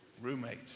roommate